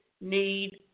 need